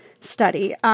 study –